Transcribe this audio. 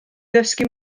ddysgu